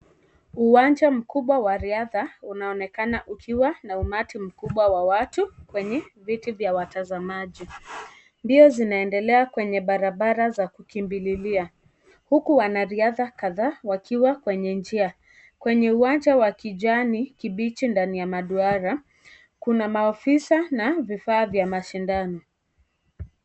Uwanja mkubwa wa riadha, unaonekana ukiwa na umati mkubwa wa watu kwenye viti vya watazamaji. Mbio zinaendelea kwenye barabara za kukimbililia huku wanariadha kadha wakiwa kwenye njia. Kwenye uwanja wa kijani kibichi ndani ya maduara, kuna maofisa na vifaa vya mashindano.